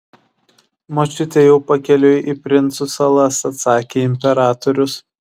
močiutė jau pakeliui į princų salas atsakė imperatorius